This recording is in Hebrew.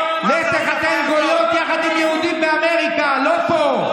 לך תחתן גויות עם יהודים באמריקה, לא פה.